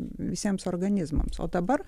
visiems organizmams o dabar